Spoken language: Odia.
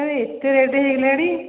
କଣ ଏତେ ରେଟ୍ ହେଇଗଲାଣି